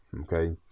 okay